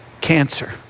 cancer